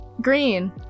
Green